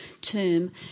term